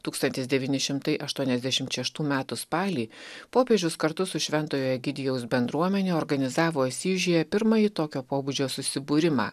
tūkstantis devyni šimtai aštuoniasdešimt šeštų metų spalį popiežius kartu su šventojo egidijaus bendruomene organizavo asyžiuje pirmąjį tokio pobūdžio susibūrimą